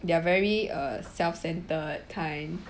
they're very uh self-centred kind